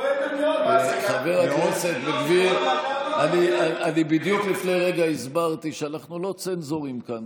סיפורי בדיוק לפני רגע הסברתי שאנחנו לא צנזורים כאן.